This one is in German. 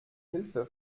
hilfe